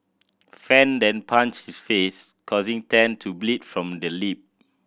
fan then punched his face causing Tan to bleed from the lip